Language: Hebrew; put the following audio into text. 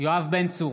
יואב בן צור,